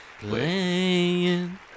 Playing